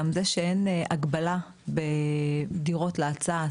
גם זה שאין הגבלה בדירות להצעה,